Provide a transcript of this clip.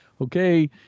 okay